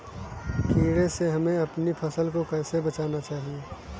कीड़े से हमें अपनी फसल को कैसे बचाना चाहिए?